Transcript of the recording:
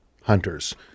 hunters